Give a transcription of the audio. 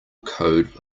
code